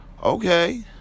okay